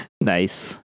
Nice